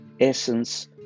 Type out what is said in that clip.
essence